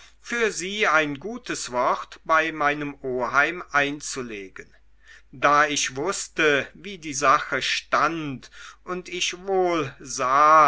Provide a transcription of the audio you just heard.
für sie ein gutes wort bei meinem oheim einzulegen da ich wußte wie die sache stand und ich wohl